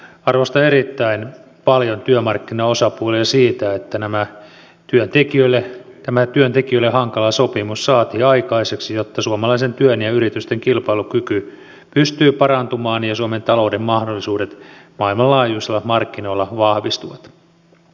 arvostan erittäin paljon työmarkkinaosapuolia että tämä työntekijöille hankala sopimus saatiin aikaiseksi jotta suomalaisen työn ja yritysten kilpailukyky pystyy parantumaan ja suomen talouden mahdollisuudet maailmanlaajuisilla markkinoilla vahvistuvat